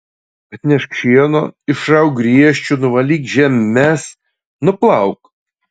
atnešk šieno išrauk griežčių nuvalyk žemes nuplauk